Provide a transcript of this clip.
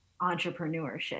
entrepreneurship